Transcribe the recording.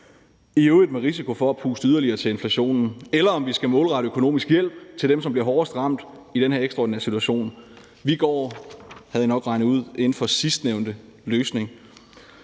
i øvrigt med risiko for at puste yderligere til inflationen, eller om vi skal målrette økonomisk hjælp til dem, som bliver hårdest ramt i den her ekstraordinære situation. Vi går, hvilket I nok har regnet ud, ind for sidstnævnte løsning.